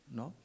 no